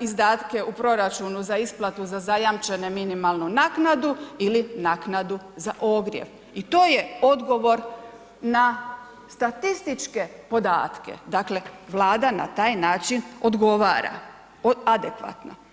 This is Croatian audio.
izdatke u proračunu za isplatu za zajamčene minimalnu naknadu ili naknadu za ogrijev, i to je odgovor na statističke podatke, dakle Vlada na taj način odgovara adekvatno.